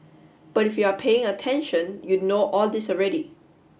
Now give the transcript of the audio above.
but if you are paying attention you'd know all this already